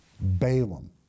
Balaam